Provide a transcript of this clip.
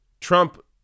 Trump